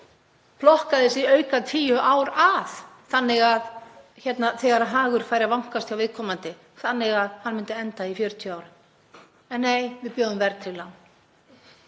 plokka þessi auka tíu ár af þannig að þegar hagurinn færi að vænkast hjá viðkomandi þannig að það myndi enda í 40 árum. En nei, við bjóðum verðtryggð